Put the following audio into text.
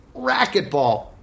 racquetball